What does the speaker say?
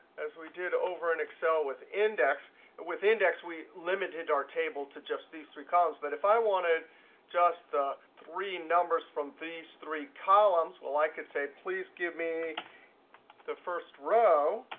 as we did over in excel with index with index we limited our table to just these three columns, but if i wanted just the three numbers from these three columns, well, i could say please give me the first row.